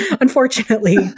unfortunately